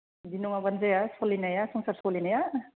बिदि नङाबानो जाया सोलिनाया संसार सोलिनाया